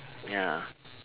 ya